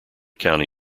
county